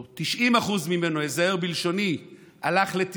או 90% מהם, איזהר בלשוני, ירדו לטמיון.